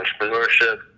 entrepreneurship